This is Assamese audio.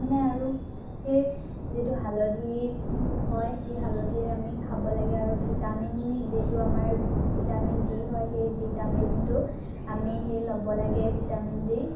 মানে আৰু সেই যিটো হালধি হয় সেই হালধি আমি খাব লাগে আৰু ভিটামিন যিটো আমাৰ ভিটামিন ডি হয় সেই ভিটামিনটো আমি সেই ল'ব লাগে ভিটামিন ডি